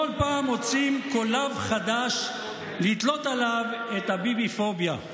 בכל פעם מוציאים קולב חדש לתלות עליו את הביביפוביה.